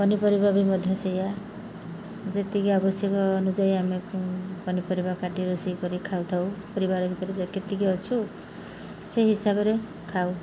ପନିପରିବା ବି ମଧ୍ୟ ସେଇଆ ଯେତିକି ଆବଶ୍ୟକ ଅନୁଯାୟୀ ଆମେ ପନିପରିବା କାଟି ରୋଷେଇ କରି ଖାଉଥାଉ ପରିବାର ଭିତରେ କେତିକି ଅଛୁ ସେ ହିସାବରେ ଖାଉ